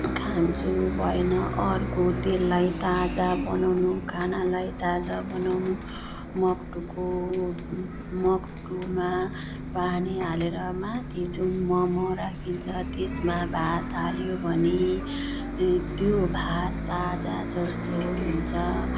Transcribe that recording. खान्छु भएन अर्को त्यसलाई ताजा बनाउनु खानालाई ताजा बनाउनु मकटुको मकटुमा पानी हालेर माथि जुन मोमो राखिन्छ त्यसमा भात हालियो भने त्यो भात ताजा जस्तो हुन्छ